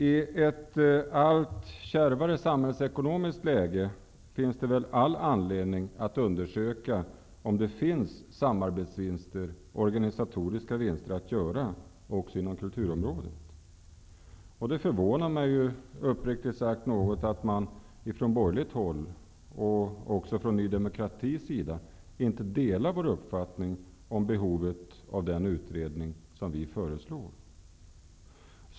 I ett allt kärvare samhällsekonomiskt läge finns det väl all anledning att undersöka om det finns samarbetsvinster och organisatoriska vinster att göra också inom kulturområdet. Det förvånar mig uppriktigt sagt att man från borgerligt håll och även från Ny demokratis sida inte delar vår uppfattning om behovet av den utredning som vi föreslår.